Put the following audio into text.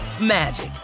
magic